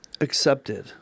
accepted